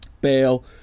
bail